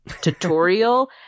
tutorial